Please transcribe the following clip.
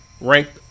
ranked